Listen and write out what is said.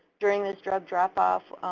during this drug drop off,